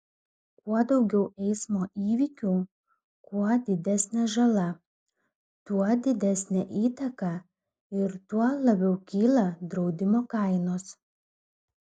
kuo daugiau eismo įvykių kuo didesnė žala tuo didesnė įtaka ir tuo labiau kyla draudimo kainos